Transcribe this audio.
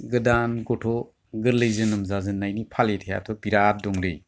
गोदान गथ' गोर्लै जोनोम जाजेन्नायनि फालिथायाथ' बिराट दंलै